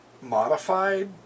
modified